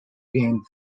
game